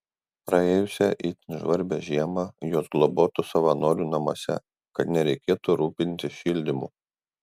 praėjusią itin žvarbią žiemą jos globotos savanorių namuose kad nereikėtų rūpintis šildymu